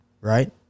right